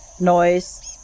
noise